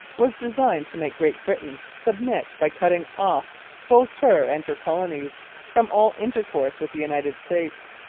was designed to make great britain submit by cutting off both her and her colonies from all intercourse with the united states.